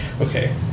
Okay